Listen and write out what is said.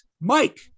Mike